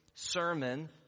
sermon